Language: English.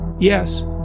yes